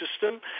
system